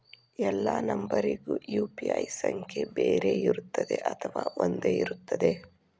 ಎಲ್ಲಾ ನಂಬರಿಗೂ ಯು.ಪಿ.ಐ ಸಂಖ್ಯೆ ಬೇರೆ ಇರುತ್ತದೆ ಅಥವಾ ಒಂದೇ ಇರುತ್ತದೆ?